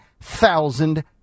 thousand